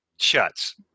shuts